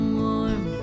warm